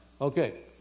Okay